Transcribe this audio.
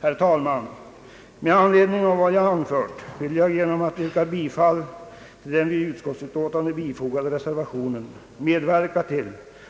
Herr talman! Med anledning av vad jag anfört vill jag genom att yrka bifall till den vid utskottsbetänkandet bifogade reservationen medverka till